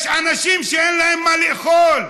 יש אנשים שאין להם מה לאכול,